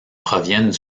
proviennent